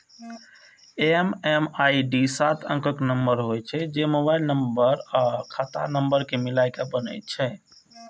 MMID सात अंकक number होइ छै, जे मोबाइल नंबर आ खाता नंबर कें मिलाके बनै छै